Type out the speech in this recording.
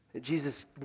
Jesus